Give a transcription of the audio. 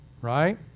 right